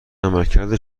عملکرد